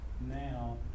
now